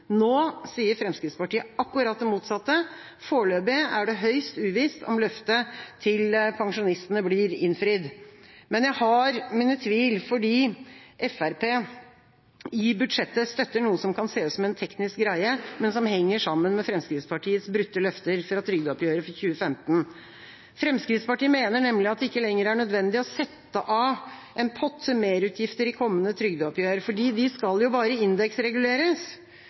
Nå sier Fremskrittspartiet akkurat det motsatte. Foreløpig er det høyst uvisst om løftet til pensjonistene blir innfridd. Men jeg har mine tvil fordi Fremskrittspartiet i budsjettet støtter noe som kan se ut som en teknisk greie, men som henger sammen med Fremskrittspartiets brutte løfter fra trygdeoppgjøret for 2015. Fremskrittspartiet mener nemlig at det ikke lenger er nødvendig å sette av en pott til merutgifter i kommende trygdeoppgjør fordi de skal jo bare indeksreguleres.